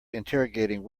interrogating